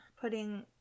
putting